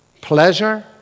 Pleasure